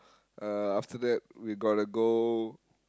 uh after that we gonna go